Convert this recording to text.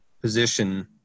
position